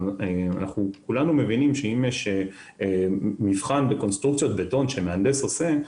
כולנו מבינים שאם יש מבחן בקונסטרוקציות בטון שמהנדס עושה,